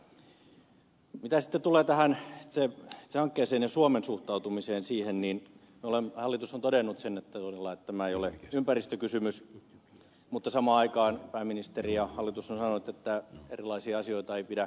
mitä sitten tulee tähän itse hankkeeseen ja suomen suhtautumiseen siihen niin hallitus on todennut sen todella että tämä ei ole turvallisuuskysymys mutta samaan aikaan pääministeri ja hallitus ovat sanoneet että erilaisia asioita ei pidä koplata yhteen